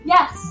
Yes